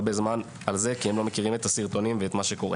זה הרבה זמן כי הם לא מכירים את הסרטונים ואת מה שקורה.